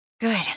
Good